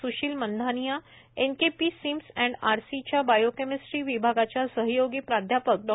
Sushil Mandhania NKP SIMS and RC च्या biochemistry विभागाच्या सहयोगी प्राध्यापक डॉ